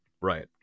Right